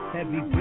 Heavy